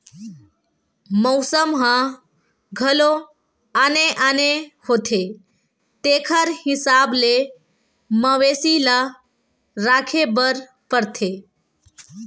मउसम ह घलो आने आने होथे तेखर हिसाब ले मवेशी ल राखे बर परथे